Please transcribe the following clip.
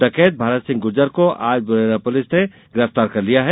डकैत भारत सिंह गुर्जर को आज मुरैना पुलिस ने गिरफ्तार कर लिया है